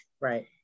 Right